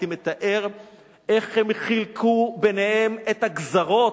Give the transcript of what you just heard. הייתי מתאר איך הם חילקו ביניהם את הגזרות.